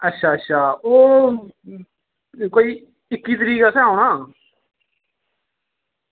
अच्छा अच्छा ओह् कोई इक्की तरीक असें औना